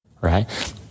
right